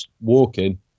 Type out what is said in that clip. walking